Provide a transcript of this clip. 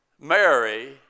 Mary